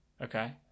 Okay